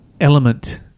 element